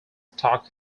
talk